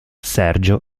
sergio